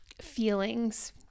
feelings